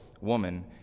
woman